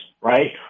right